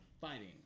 fighting